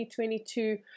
2022